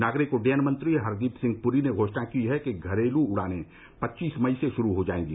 नागरिक उड्डयन मंत्री हरदीप सिंह पुरी ने घोषणा की है कि घरेलू उड़ानें पच्चीस मई से शुरू हो जाएगी